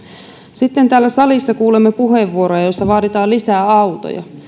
sitten täällä salissa kuulemme puheenvuoroja joissa vaaditaan lisää autoja